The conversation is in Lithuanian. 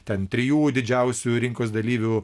ten trijų didžiausių rinkos dalyvių